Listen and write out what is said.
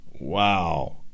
Wow